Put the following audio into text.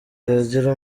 yigira